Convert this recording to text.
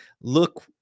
look-